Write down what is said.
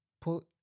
put